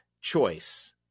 choice